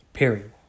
Period